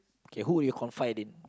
okay who would you confide in